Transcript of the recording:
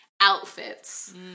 Outfits